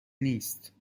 نیست